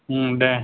दे